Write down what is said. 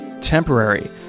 temporary